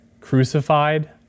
crucified